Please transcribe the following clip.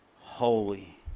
holy